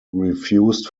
refused